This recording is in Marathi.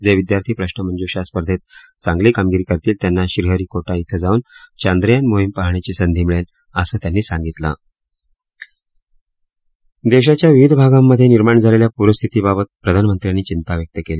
जे विद्यार्थी प्रश्नमंजुषा स्पर्धेत चांगली कामगिरी करतील त्यांना श्रीहरीकोटा इथं जाऊन चांदयान मोहीम पहाण्याची संधी मिळेल असं त्यांनी सांगितलं देशाच्या विविध भागांमध्ये निर्माण झालेल्या प्रस्थितीबाबत प्रधानमंत्र्यांनी चिंता व्यक्त केली